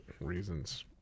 reasons